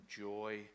joy